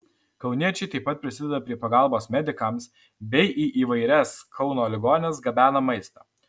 kauniečiai taip pat prisideda prie pagalbos medikams bei į įvairias kauno ligonines gabena maistą